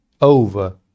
over